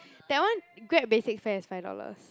that one Grab basic fare is five dollars